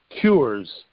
cures